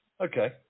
Okay